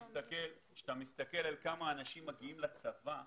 כשאתה מסתכל על כמה אנשים מגיעים לצבא,